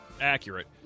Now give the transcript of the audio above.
accurate